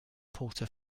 porter